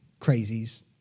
crazies